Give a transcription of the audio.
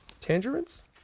Tangerines